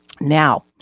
Now